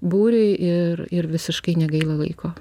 būriui ir ir visiškai negaila laiko